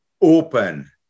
open